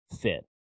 fit